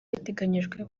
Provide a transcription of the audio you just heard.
biteganyijwe